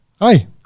Hi